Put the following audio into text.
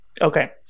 Okay